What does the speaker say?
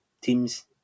teams